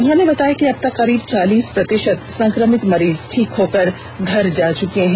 उन्होंने बताया कि अब तक करीब चालीस प्रतिषत संक्रमित मरीज ठीक हो कर घर जा चुके हैं